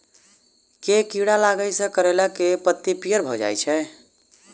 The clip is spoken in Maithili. केँ कीड़ा लागै सऽ करैला केँ लत्ती पीयर भऽ जाय छै?